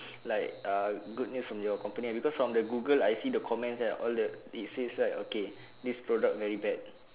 like ah good news from your company because from the google I see the comments there all the it say right okay this product very bad